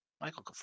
Michael